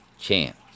chance